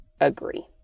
agree